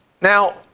Now